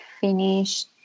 finished